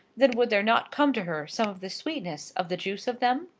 then would there not come to her some of the sweetness of the juice of them?